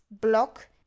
block